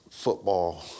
football